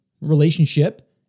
relationship